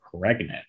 pregnant